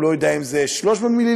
הוא לא יודע אם זה 300 מיליליטר.